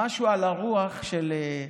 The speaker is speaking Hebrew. משהו על הרוח של,